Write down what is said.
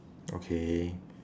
okay